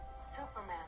superman